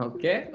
Okay